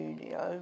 studio